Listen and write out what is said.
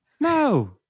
No